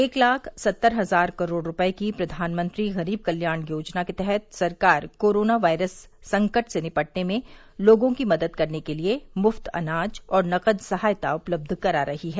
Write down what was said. एक लाख सत्तर हजार करोड़ रूपए की प्रधानमंत्री गरीब कल्याण योजना के तहत सरकार कोरोना वायरस संकट से निपटने में लोगों की मदद करने के लिए मुफ्त अनाज और नकद सहायता उपलब्ध करा रही है